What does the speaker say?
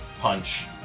punch